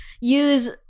use